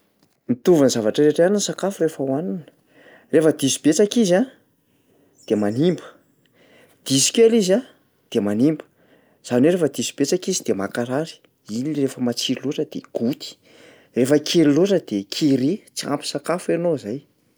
Mitovy am'zavatra rehetra ihany ny sakafo rehefa hohanina. Rehefa diso betsaka izy a, de manimba; diso kely izy a, de manimba. Zany hoe rehefa diso betsaka izy de mankarary, iny le rehefa matsiro loatra dia goty, rehefa kely loatra dia kere ts ampy sakafo ianao zay.